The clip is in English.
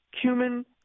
Cumin